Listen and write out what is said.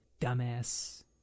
Dumbass